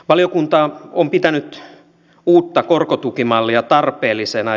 valiokunta on pitänyt uutta korkotukimallia tarpeellisena